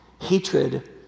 hatred